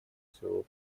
своего